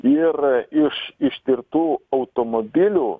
ir iš ištirtų automobilių